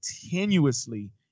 continuously